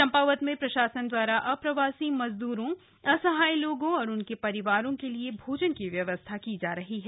चंपावत में प्रशासन द्वारा अप्रवासी मजद्रों असहाय लोगों और उनके परिवारों के लिये भोजन की व्यवस्था की जा रही है